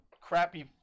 crappy